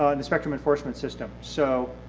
ah and spectrum enforcement system. so